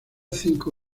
cinco